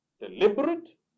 deliberate